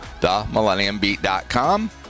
themillenniumbeat.com